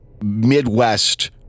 Midwest